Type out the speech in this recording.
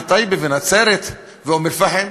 בטייבה, בנצרת ובאום-אלפחם,